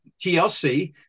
TLC